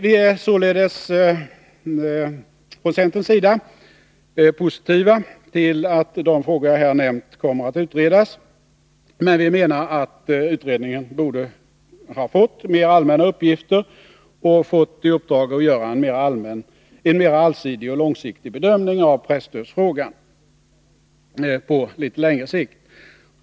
Vi är således från centerns sida positiva till att de frågor jag här nämnt kommer att utredas, men vi menar att utredningen borde ha fått mer allmänna uppgifter och fått i uppdrag att göra en mera allsidig och långsiktig bedömning av presstödsfrågan.